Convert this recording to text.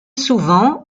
souvent